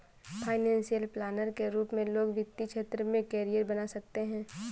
financial planner के रूप में लोग वित्तीय क्षेत्र में करियर बना सकते हैं